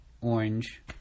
orange